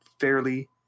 fairly